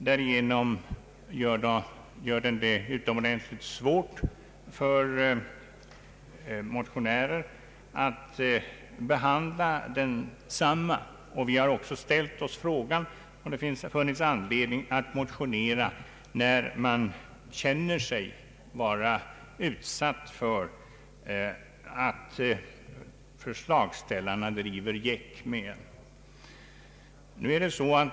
Därigenom blir det utomordentligt svårt för motionärer att behandla densamma, och vi har också ställt oss frågan om det funnits anledning att motionera när man känner sig utsatt för att förslagsställarna driver gäck med en.